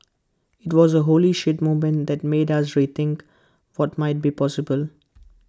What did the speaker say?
IT was A 'holy shit' moment that made us rethink what might be possible